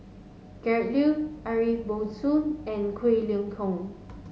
Liu Ariff Bongso and Quek Ling Kiong